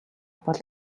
бол